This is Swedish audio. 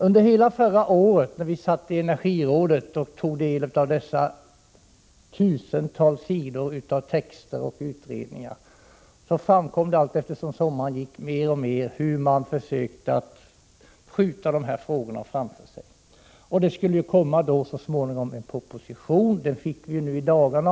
Under hela förra året när vi satt i energirådet och tog del av dessa tusentals sidor text — utredningar och annat — framkom det allteftersom sommaren gick mer och mer hur regeringen försökte skjuta dessa frågor framför sig. Så småningom skulle en proposition läggas fram. Den lades fram nu i dagarna.